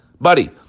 buddy